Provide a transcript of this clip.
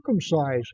circumcise